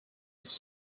its